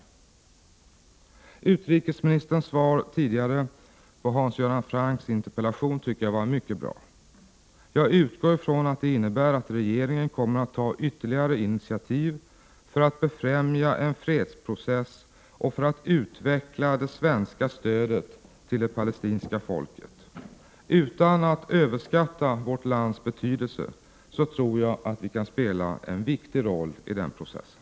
Jag tycker att utrikesministerns svar tidigare på Hans Görans Francks interpellation var mycket bra. Jag utgår från att det innebär att regeringen kommer att ta ytterligare initiativ för att befrämja en fredsprocess och för att utveckla det svenska stödet till det palestinska folket. Utan att vilja överskatta vårt lands betydelse tror jag att vi kan spela en viktig roll i den processen.